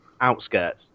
Outskirts